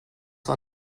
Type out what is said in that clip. war